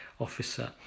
officer